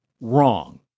wrong